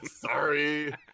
sorry